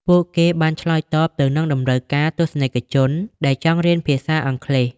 ពួកគេបានឆ្លើយតបទៅនឹងតម្រូវការទស្សនិកជនដែលចង់រៀនភាសាអង់គ្លេស។